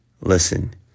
Listen